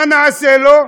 מה נעשה לו?